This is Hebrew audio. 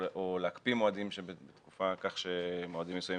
או להקפיא מועדים שבתקופה כך שמועדים מסוימים